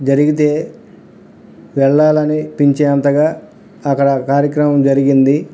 జరిగితే వెళ్ళాలి అనిపించేంతగా అక్కడ కార్యక్రమం జరిగింది